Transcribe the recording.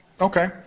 Okay